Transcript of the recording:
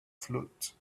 float